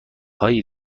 های